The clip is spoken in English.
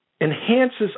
enhances